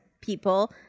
people